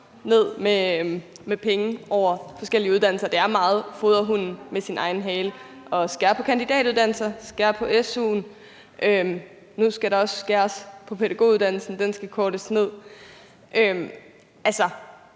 ned med penge over de forskellige uddannelser, men det er meget at fodre hunden med sin egen hale at skære på kandidatuddannelserne og skære på su'en, og nu skal der også skæres på pædagoguddannelsen, som skal kortes ned. Man